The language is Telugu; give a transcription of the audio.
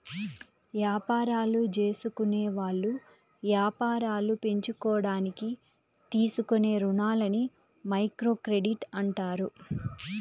యాపారాలు జేసుకునేవాళ్ళు యాపారాలు పెంచుకోడానికి తీసుకునే రుణాలని మైక్రోక్రెడిట్ అంటారు